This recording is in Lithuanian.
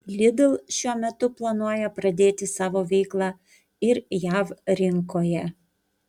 lidl šiuo metu planuoja pradėti savo veiklą ir jav rinkoje